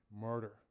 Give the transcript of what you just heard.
murder